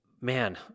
man